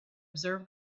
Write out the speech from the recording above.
observe